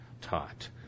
taught